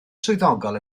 swyddogol